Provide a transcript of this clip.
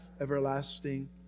everlasting